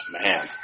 Man